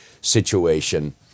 situation